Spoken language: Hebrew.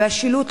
והשילוט,